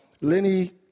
Lenny